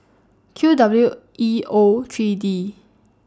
Q W E O three D